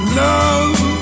love